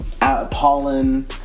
pollen